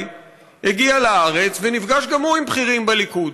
הגיע לארץ ונפגש גם הוא עם בכירים בליכוד.